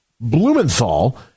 Blumenthal